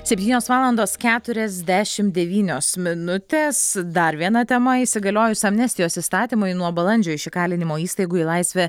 septynios valandos keturiasdešimt devynios minutės dar viena tema įsigaliojus amnestijos įstatymui nuo balandžio iš įkalinimo įstaigų į laisvę